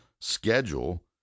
schedule